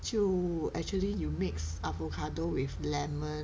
就 actually you mix avocado with lemon